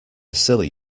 silly